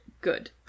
good